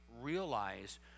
realize